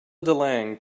delange